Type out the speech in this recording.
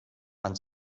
man